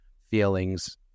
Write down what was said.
feelings